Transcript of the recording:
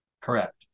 Correct